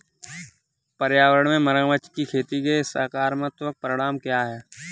पर्यावरण में मगरमच्छ की खेती के सकारात्मक परिणाम क्या हैं?